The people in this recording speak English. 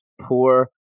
Poor